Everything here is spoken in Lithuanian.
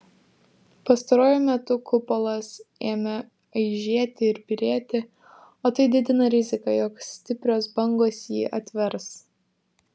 pastaruoju metu kupolas ėmė aižėti ir byrėti o tai didina riziką jog stiprios bangos jį atvers